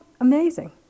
amazing